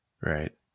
Right